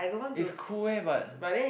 it's cool eh but